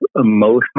emotional